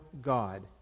God